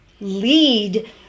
lead